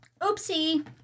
Oopsie